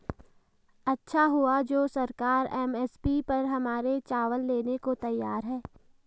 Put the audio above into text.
अच्छा हुआ जो सरकार एम.एस.पी पर हमारे चावल लेने को तैयार है